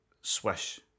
swish